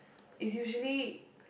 it's usually